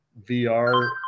VR